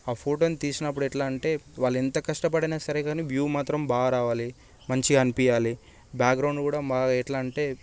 ఆ ఫోటోని తీసినప్పుడు ఎట్లా అంటే వాళ్ళు ఎంత కష్టపడినా సరే గానీ వ్యూ మాత్రం బాగా రావాలి మంచిగా అనిపించాలి బ్యాగ్రౌండ్ కూడా బాగా ఎట్లా అంటే